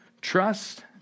Trust